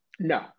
No